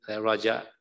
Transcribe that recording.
raja